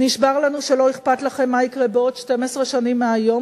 נשבר לנו שלא אכפת לכם מה יקרה בעוד 12 שנים מהיום,